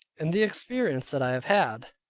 and the experience that i have had.